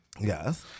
Yes